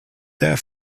there